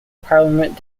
parliament